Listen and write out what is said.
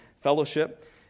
Fellowship